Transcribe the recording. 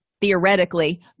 theoretically